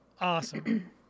awesome